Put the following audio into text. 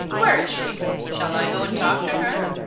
where is she? shall i go and talk to her?